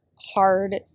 hard